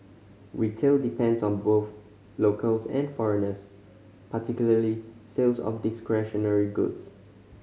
retail depends on both locals and foreigners particularly sales of discretionary goods